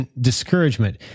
discouragement